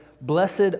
Blessed